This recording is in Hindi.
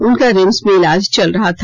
उनका रिम्स में इलाज चल रहा था